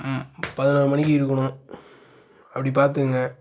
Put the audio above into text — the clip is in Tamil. ம் பதினோரு மணிக்கு இருக்கணும் அப்படி பார்த்துக்குங்க